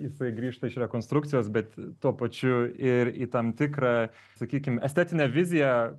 jisai grįžta iš rekonstrukcijos bet tuo pačiu ir į tam tikrą sakykim estetinę viziją